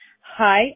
Hi